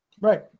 right